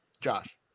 Josh